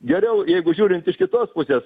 geriau jeigu žiūrint iš kitos pusės